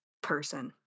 Person